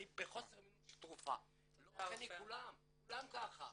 אני בחוסר מינון של תרופה --- כולם ככה,